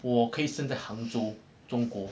我可以生在的杭州中国